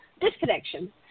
disconnection